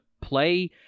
play